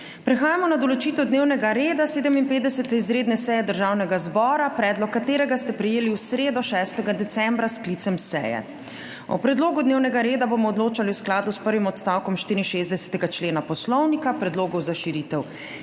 Prehajamo na **določitev dnevnega reda 57. izredne seje Državnega zbora**, predlog katerega ste prejeli v sredo 6. decembra s sklicem seje. O predlogu dnevnega reda bomo odločali v skladu s prvim odstavkom 64. člena Poslovnika. Predlogov za širitev